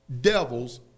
devils